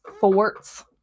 forts